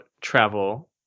travel